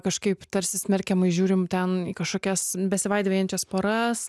kažkaip tarsi smerkiamai žiūrim ten į kažkokias besivaidijančias poras